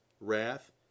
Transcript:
wrath